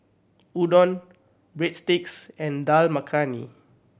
Udon Breadsticks and Dal Makhani